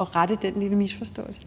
at rette den lille misforståelse.